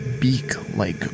beak-like